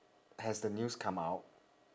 has the news come out